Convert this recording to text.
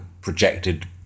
projected